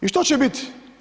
I što će biti?